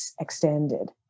extended